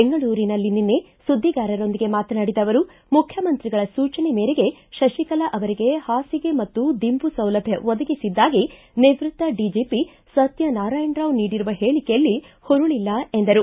ಬೆಂಗಳೂರಿನಲ್ಲಿ ನಿನ್ನೆ ಸುದ್ದಿಗಾರರೊಂದಿಗೆ ಮಾತನಾಡಿದ ಅವರು ಮುಖ್ಯಮಂತ್ರಿಗಳ ಸೂಚನೆ ಮೇರೆಗೆ ಶತಿಕಲಾ ಅವರಿಗೆ ಹಾಸಿಗೆ ಮತ್ತು ದಿಂಬು ಸೌಲಭ್ಯ ಒದಗಿಸಿದ್ದಾಗಿ ನಿವೃತ್ತ ಡಿಜಿಪಿ ಸತ್ಹನಾರಾಯಣರಾವ್ ನೀಡಿರುವ ಹೇಳಿಕೆಯಲ್ಲಿ ಹುರುಳಲ್ಲ ಎಂದರು